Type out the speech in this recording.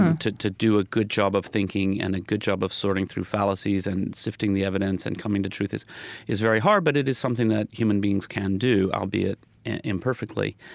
to to do a good job of thinking, and a good job of sorting through fallacies, and sifting the evidence, and coming to truth is is very hard but it is something that human beings can do, albeit imperfectly.